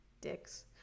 Dicks